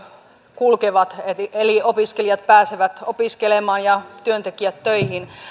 kulkevat eli eli opiskelijat pääsevät opiskelemaan ja työntekijät töihin